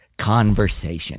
conversation